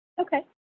Okay